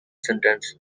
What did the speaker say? sentence